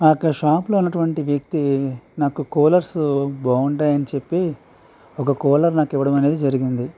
ఆ యొక్క షాప్లో ఉన్నటువంటి వ్యక్తి నాకు కూలర్సు బాగుంటాయి అని చెప్పి ఒక కూలర్ నాకు ఇవ్వడమనేది జరిగింది